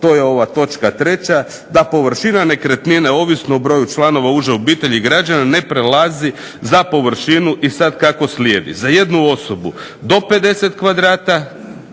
to je ova točka treća, da površina nekretnine ovisno o broju članova uže obitelji građana ne prelazi za površinu i sad kako slijedi, za jednu osobu do 50 m2, za